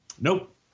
Nope